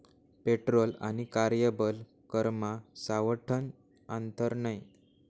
petrol आणि कार्यबल करमा सावठं आंतर नै